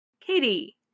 Katie